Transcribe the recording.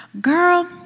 girl